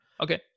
Okay